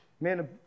Man